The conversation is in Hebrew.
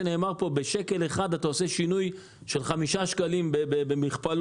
בשקל אחד אתה עושה שינוי של חמישה שקלים במכפלות.